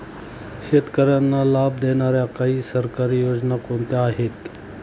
शेतकऱ्यांना लाभ देणाऱ्या काही सरकारी योजना कोणत्या आहेत?